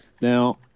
Now